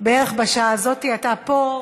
בערך בשעה הזאת אתה פה,